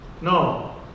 No